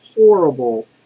horrible